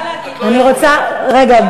אני רוצה, רגע.